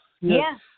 Yes